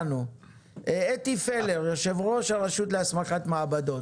אתי פלר, יושבת ראש הרשות להסמכת מעבדות.